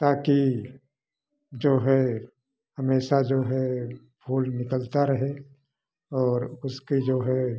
ताकि जो है हमेशा जो है फूल निकलता रहे और उसके जो है